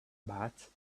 but